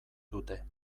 dute